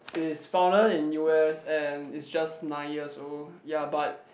it is founded in u_s and is just nine years old ya but